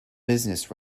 business